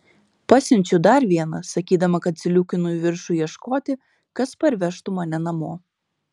pasiunčiu dar vieną sakydama kad sliūkinu į viršų ieškoti kas parvežtų mane namo